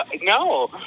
No